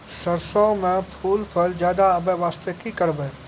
सरसों म फूल फल ज्यादा आबै बास्ते कि करबै?